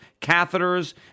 catheters